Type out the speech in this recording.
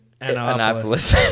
Annapolis